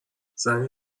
زنی